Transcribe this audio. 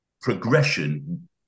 progression